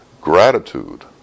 gratitude